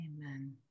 amen